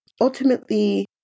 ultimately